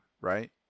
right